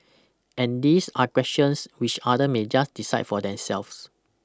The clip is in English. and these are questions which other may just decide for themselves